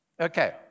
Okay